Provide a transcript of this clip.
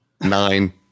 Nine